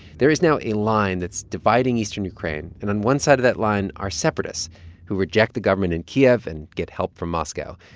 there is now a line that's dividing eastern ukraine. and on one side of that line are separatists who reject the government in kiev and get help from moscow.